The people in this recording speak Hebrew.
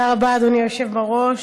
תודה רבה, אדוני היושב-ראש.